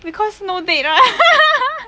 because no date ah